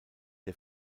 der